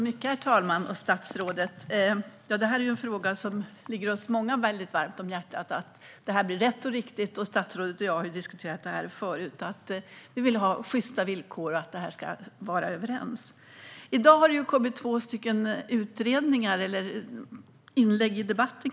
Herr talman! Att det blir rätt och riktigt är en fråga som ligger väldigt varmt om hjärtat för många av oss. Statsrådet och jag har förut diskuterat att vi vill ha sjysta villkor och att det ska stämma överens. I dag har det kommit två inlägg i debatten.